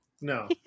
no